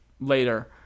Later